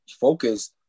focus